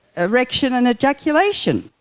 erection and ejaculation!